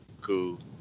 cool